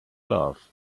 love